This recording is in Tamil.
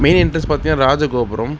மெயின் எண்ட்ரன்ஸ் பார்த்திங்கனா ராஜ கோபுரம்